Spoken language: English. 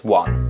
one